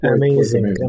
amazing